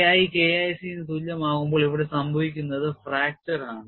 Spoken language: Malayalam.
K I K IC ന് തുല്യമാകുമ്പോൾ ഇവിടെ സംഭവിക്കുന്നത് fracture ആണ്